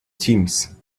teams